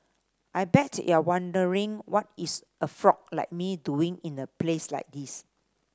I bet you're wondering what is a frog like me doing in a place like this